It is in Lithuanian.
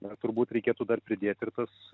na turbūt reikėtų dar pridėti ir tas